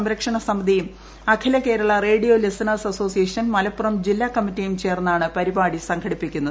സംരക്ഷണ സമിതിയും അഖില Kerala radio listeners association Malappuram ജില്ലാ കമ്മിറ്റിയും ചേർന്നാണ് പരിപാടി സംഘടിപ്പിക്കുന്നത്